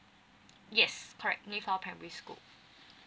yes correct mayflower primary school